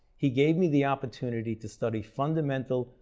he gave me the opportunity to study fundamental,